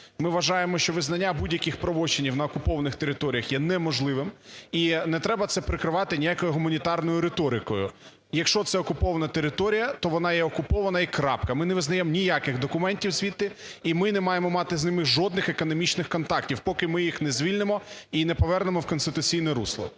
Ми вважаємо, що визнання будь-яких правочинів на окупованих територіях є неможливим і не треба це прикривати ніякою гуманітарною риторикою, якщо це окупована територія, то вона є окупована і крапка. Ми не визнаємо ніяких документів звідти і ми не маємо мати з ними жодних економічних контактів, поки ми їх не звільнимо і не повернемо в конституційне русло.